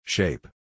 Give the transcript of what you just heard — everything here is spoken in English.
Shape